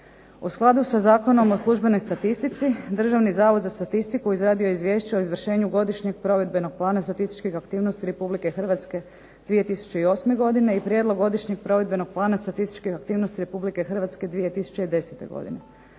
U skladu sa Zakonom o službenoj statistici, Državni zavod za statistiku izradio je izvješće o izvršenju godišnjeg provedbenog plana statističkih aktivnosti Republike Hrvatske 2008. godine, i prijedlog godišnjeg provedbenog plana statističkih aktivnosti Republike Hrvatske 2010. godine.